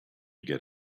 get